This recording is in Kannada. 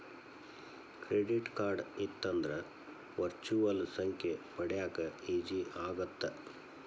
ಕ್ರೆಡಿಟ್ ಕಾರ್ಡ್ ಇತ್ತಂದ್ರ ವರ್ಚುಯಲ್ ಸಂಖ್ಯೆ ಪಡ್ಯಾಕ ಈಜಿ ಆಗತ್ತ?